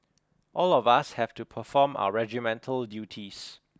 all of us have to perform our regimental duties